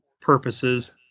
purposes